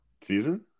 season